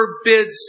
forbids